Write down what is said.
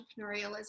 entrepreneurialism